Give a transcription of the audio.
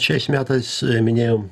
šiais metais minėjom